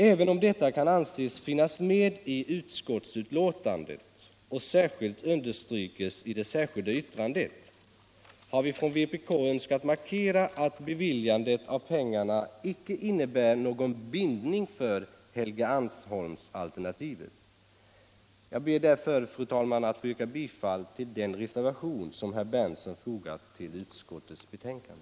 Även om detta kan anses finnas med i utskottsbetänkandet och särskilt understryks i det särskilda yttrandet. har vi i vpk önskat markera att beviljandet av peng Jag ber därför, fru talman, att få yrka bifall till den reservation som herr Berndtson har fogat till utskottets betänkande.